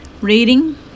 reading